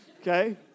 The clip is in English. Okay